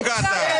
כן, כן.